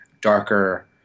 darker